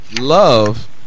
love